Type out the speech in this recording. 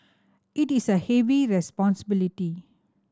it is a heavy responsibility